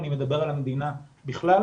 אני מדבר על המדינה בכלל,